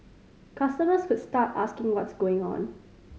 customers could start asking what's going on